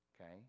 Okay